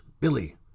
Billy